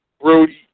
Brody